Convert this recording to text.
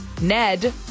Ned